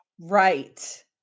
Right